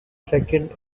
second